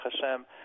Hashem